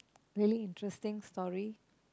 really interesting story